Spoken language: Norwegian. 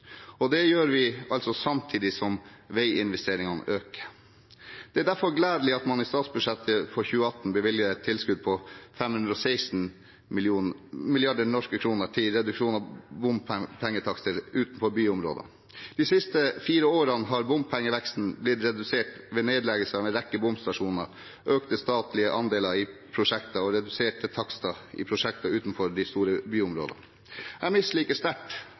bompenger. Dette gjør vi samtidig som veiinvesteringene øker. Det er derfor gledelig at man i statsbudsjettet for 2018 bevilger et tilskudd på 516 mrd. kr til reduksjon av bompengetakster utenfor byområdene. De siste fire årene har bompengeveksten blitt redusert ved nedleggelse av en rekke bomstasjoner, økte statlige andeler i prosjekter og reduserte takster i prosjekter utenfor de store byområdene. Jeg misliker sterkt